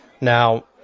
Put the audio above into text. Now